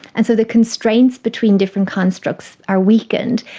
and so the constraints between different constructs are weakened,